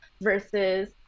versus